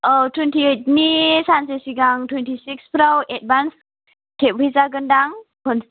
औ टुवेन्टिऐइदनि सानसे सिगां टुवेन्टिसिक्सफ्राव एदबानस खेबफैजागोनदां